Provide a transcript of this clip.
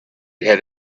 had